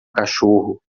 cachorro